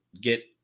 get